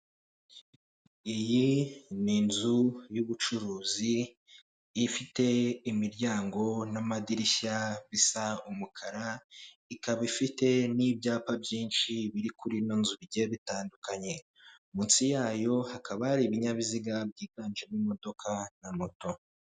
Iyi ni inzu y'ubucuruzi, ifite imiryango n'amadirishya bisa umukara, ikaba ifite n'ibyapa byinshi biri kuri ino nzu, bigiye bitandukanye. Munsi yayo hakaba hari ibinyabiziga byiganjemo imodoka na moto.